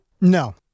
No